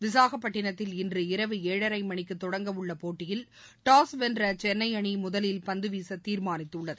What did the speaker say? விசாகப்பட்டிணத்தில் இன்றிரவு ஏழரை மணிக்கு தொடங்க உள்ள போட்டியில் டாஸ் வென்ற சென்னை அணி முதலில் பந்து வீச தீர்மானித்துள்ளது